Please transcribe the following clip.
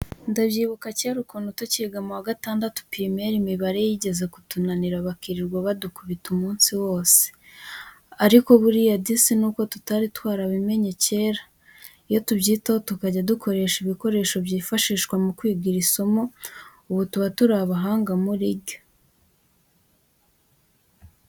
Ndabyibuka kera ukuntu tucyiga mu wa gatandatu pirimeri imibare yigeze kutunanira bakirirwa badukubita umunsi wose. Ariko buriya disi nuko tutari twarabimenye kera, iyo tubyitaho tukajya dukoresha ibikoresha byifashishwa mu kwiga iri somo ubu tuba turi abahanga muri ryo.